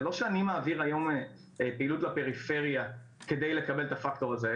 זה לא שאני מעביר היום פעילות לפריפריה כדי לקבל את הפקטור הזה,